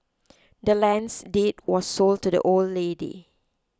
the land's deed was sold to the old lady